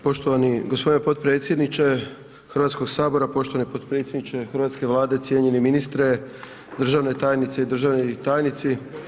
Poštovani gospodine potpredsjedniče Hrvatskog sabora, poštovani potpredsjedniče hrvatske Vlade, cijenjeni ministre, državne tajnice i državni tajnici.